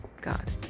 God